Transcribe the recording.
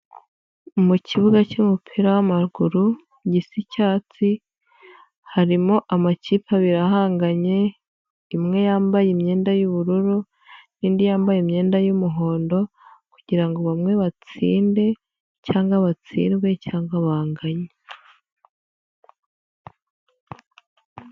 Mu kibuga cy'umupira w'amaguru gisa icyatsi harimo amakipe abiri ahanganye imwe yambaye imyenda y'ubururu n'indi yambaye imyenda y'umuhondo kugirango bamwe batsinde cyangwa batsinzwe cyangwa banganyaye.